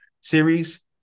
series